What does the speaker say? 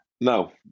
No